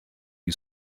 you